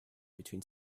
between